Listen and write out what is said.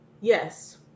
yes